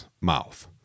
mouth